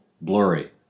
Blurry